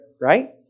right